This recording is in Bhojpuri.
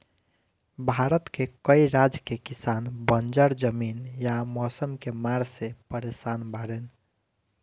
भारत के कई राज के किसान बंजर जमीन या मौसम के मार से परेसान बाड़ेन